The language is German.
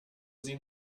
sie